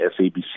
SABC